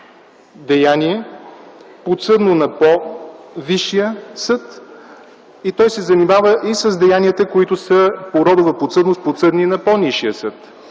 деяние, подсъдно на по-висшия съд и той се занимава и с деянията, които са по родова подсъдност подсъдни на по-нисшия съд.